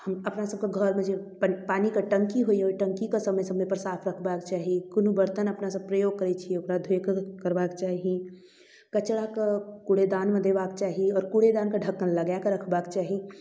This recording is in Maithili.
हँ अपना सबके घरमे जे पानिके टङ्की जे यऽ टङ्कीके समय समयपर साफ रखबाक चाही कोनो बर्तन अपना सब प्रयोग करै छियै ओकरा धोकऽ करबाक चाही कचड़ाके कूड़ेदानमे देबाक चाही आओर कूड़ेदानके ढक्कन लगाकऽ रखबाक चाही